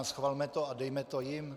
Schvalme to a dejme to jim.